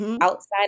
outside